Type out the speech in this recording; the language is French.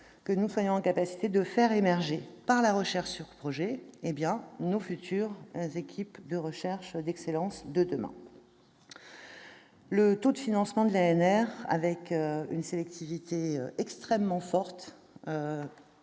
que nous soyons en capacité de faire émerger, par la recherche sur projets, nos équipes de recherche d'excellence de demain. Le taux de financement de l'ANR, avec une sélectivité extrêmement forte,